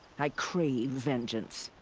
i crave vengeance.